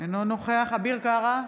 אינו נוכח אביר קארה,